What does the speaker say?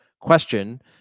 question